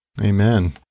Amen